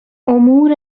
امور